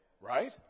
right